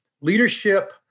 Leadership